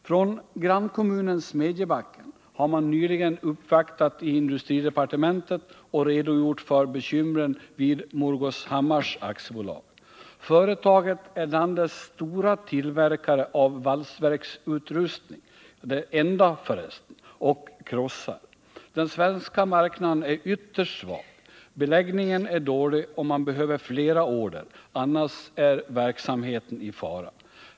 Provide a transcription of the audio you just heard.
Från grannkommunen Smedjebacken har man nyligen uppvaktat i industridepartementet och redogjort för bekymren vid Morgårdshammar AB. Företaget är landets enda stora tillverkare av valsverksutrustning och krossar. Den svenska marknaden är ytterst svag, beläggningen är dålig och man behöver flera order, annars är verksamheten i fara.